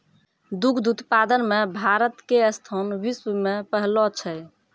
दुग्ध उत्पादन मॅ भारत के स्थान विश्व मॅ पहलो छै